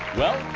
well,